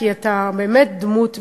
כי אתה באמת דמות ומודל.